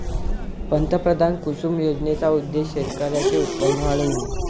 पंतप्रधान कुसुम योजनेचा उद्देश शेतकऱ्यांचे उत्पन्न वाढविणे